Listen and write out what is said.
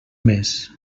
més